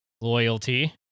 loyalty